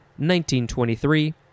1923